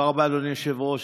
תודה רבה, אדוני היושב-ראש.